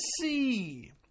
see